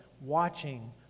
watching